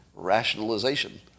rationalization